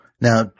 Now